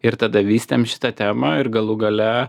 ir tada vystėm šitą temą ir galų gale